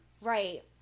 Right